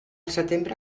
setembre